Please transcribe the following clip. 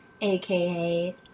AKA